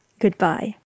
Goodbye